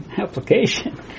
application